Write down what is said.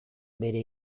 bere